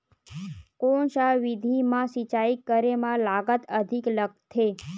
कोन सा विधि म सिंचाई करे म लागत अधिक लगथे?